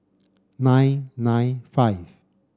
nine nine five